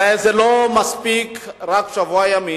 הרי לא מספיק רק שבוע ימים.